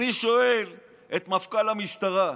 אני שואל את מפכ"ל המשטרה: